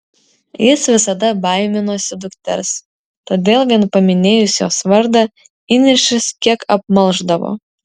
jis visada baiminosi dukters todėl vien paminėjus jos vardą įniršis kiek apmalšdavo